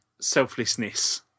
selflessness